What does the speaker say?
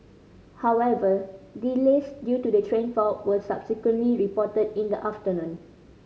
however delays due to the train fault were subsequently reported in the afternoon